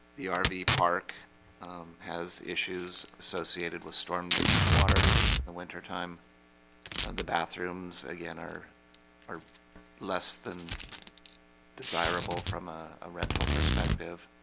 the ah rv park has issues associated with storm water in the wintertime and the bathrooms again are are less than desirable from a ah rental perspective.